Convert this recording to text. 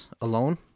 alone